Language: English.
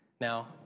Now